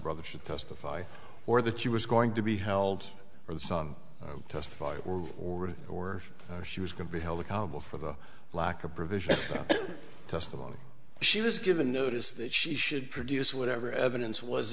brother should testify or that she was going to be held or the song testify or already or she was going to be held accountable for the lack of provision testimony she was given notice that she should produce whatever evidence was